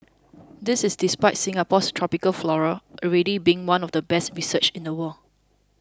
this is despite Singapore's tropical flora already being one of the best researched in the world